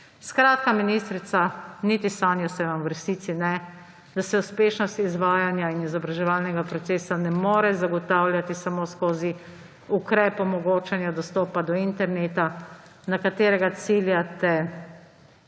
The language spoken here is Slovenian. Skratka, ministrica, niti sanja se vam v resnici ne, da se uspešnost izvajanja in izobraževalnega procesa ne more zagotavljati samo skozi ukrep omogočanja dostopa do interneta, na katerega ciljate, cilja